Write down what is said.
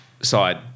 side